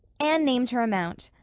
anne named her amount.